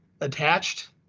attached